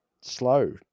slow